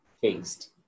faced